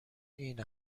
این